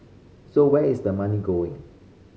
so where is the money going